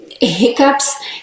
hiccups